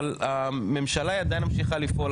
אבל הממשלה היא עדיין ממשיכה לפעול,